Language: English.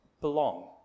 belong